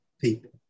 people